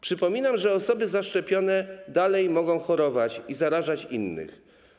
Przypominam, że osoby zaszczepione dalej mogą chorować i zarażać innych.